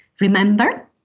remember